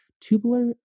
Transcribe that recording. tubular